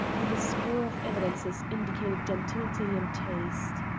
and a score of evidences indicated gentility and taste.